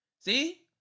See